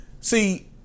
See